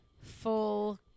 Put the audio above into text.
full